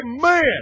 Man